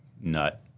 nut